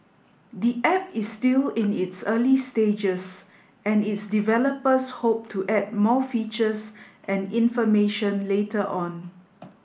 the app is still in its early stages and its developers hope to add more features and information later on